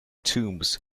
tombs